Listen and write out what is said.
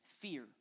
Fear